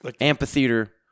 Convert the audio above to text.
amphitheater